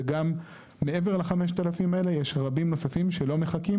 וגם מעבר ל-5000 האלה יש רבים נוספים שלא מחכים,